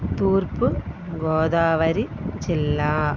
తూర్పు గోదావరి జిల్లా